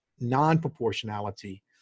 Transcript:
non-proportionality